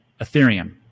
ethereum